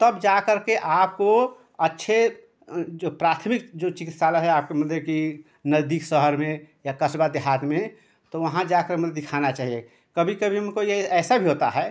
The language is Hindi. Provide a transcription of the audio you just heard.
तब जा करके आपको अच्छे जो प्राथमिक जो चिकित्सालय है आपके मतलब कि नजदीक शहर में या कस्बा देहात में तो वहाँ जाकर मतलब दिखाना चाहिए कभी कभी मुझको यह ऐसा भी होता है